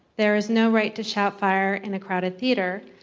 there is no right to shout, fire, in a crowded theater,